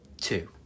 two